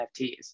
NFTs